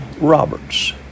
Roberts